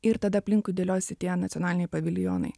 ir tada aplinkui dėliojasi tie nacionaliniai paviljonai